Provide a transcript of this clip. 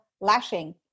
lashing